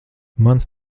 mans